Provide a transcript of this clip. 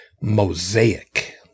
Mosaic